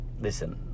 Listen